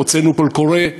הוצאנו קול קורא,